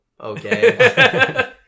okay